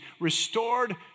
Restored